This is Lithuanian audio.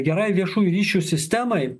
gerai viešųjų ryšių sistemai